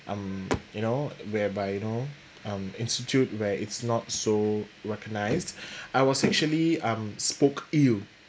um you know whereby you know um institute where it's not so recognised I was actually um spoke ill